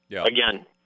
again